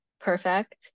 perfect